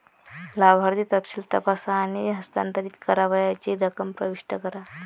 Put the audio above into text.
लाभार्थी तपशील तपासा आणि हस्तांतरित करावयाची रक्कम प्रविष्ट करा